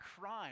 crime